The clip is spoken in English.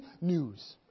news